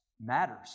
matters